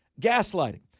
Gaslighting